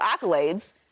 accolades